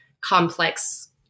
complex